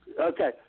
Okay